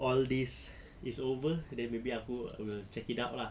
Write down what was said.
all these is over then maybe aku will check it out lah